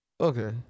Okay